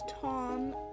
Tom